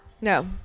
no